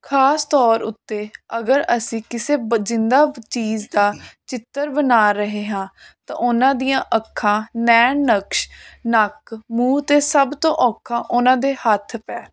ਖ਼ਾਸ ਤੌਰ ਉਤੇ ਅਗਰ ਅਸੀਂ ਕਿਸੇ ਬਚਿੰਦਾ ਚੀਜ਼ ਦਾ ਚਿੱਤਰ ਬਣਾ ਰਹੇ ਹਾਂ ਤਾਂ ਉਹਨਾਂ ਦੀਆਂ ਅੱਖਾਂ ਨੈਣ ਨਕਸ਼ ਨੱਕ ਮੂੰਹ ਅਤੇ ਸਭ ਤੋਂ ਔਖਾ ਉਹਨਾਂ ਦੇ ਹੱਥ ਪੈਰ